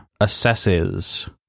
assesses